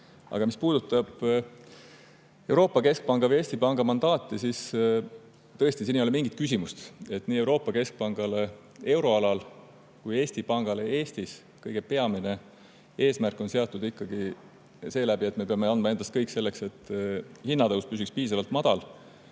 Aga mis puudutab Euroopa Keskpanga või Eesti Panga mandaati, siis tõesti siin ei ole mingit küsimust. Nii Euroopa Keskpangale euroalal kui Eesti Pangale Eestis on kõige peamine eesmärk ikkagi see, et me peame andma endast kõik selleks, et hinnatõus püsiks piisavalt madal.